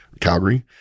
Calgary